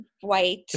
white